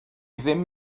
ddim